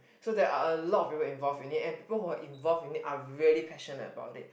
so they are a lot of people involve in it and people who are involve in it are really passionate about it